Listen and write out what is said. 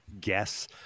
guess